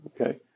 okay